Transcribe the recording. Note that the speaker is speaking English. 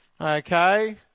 okay